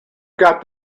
got